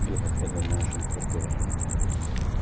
यो हप्ताको मौसम कस्तो रहनेछ